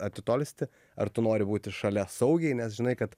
atitolsti ar tu nori būti šalia saugiai nes žinai kad